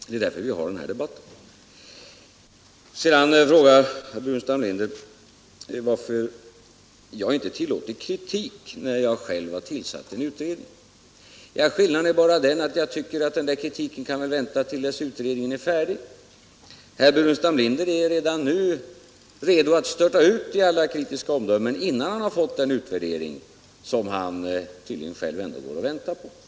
— Det är ju därför som vi för den här debatten. Sedan frågade herr Burenstam Linder varför jag inte tillåtit någon kritik när jag själv tillsatt en utredning. Ja, skillnaden är bara den att jag tycker att en sådan kritik kan vänta till dess att utredningen blir färdig. Herr Burenstam Linder är redo att störta ut med alla kritiska omdömen redan nu, innan han har fått den utvärdering som han tydligen själv ändå väntar på.